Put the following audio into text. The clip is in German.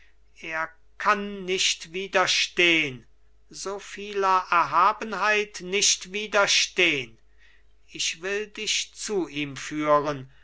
er kann nicht widerstehn so vieler erhabenheit nicht widerstehn ich will dich zu ihm führen